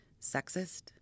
sexist